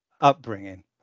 upbringing